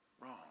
wrong